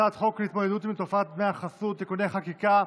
הצעת חוק להתמודדות עם תופעת דמי החסות (תיקוני חקיקה),